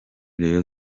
rayon